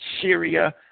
Syria